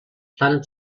planet